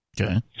Okay